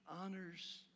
honors